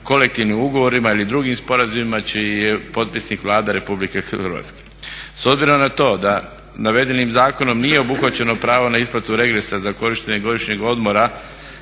kolektivnim ugovorima ili drugim sporazumima čiji je potpisnik Vlada RH. S obzirom na to da navedenim zakonom nije obuhvaćeno pravo na isplatu regresa za korištenje godišnjeg odmora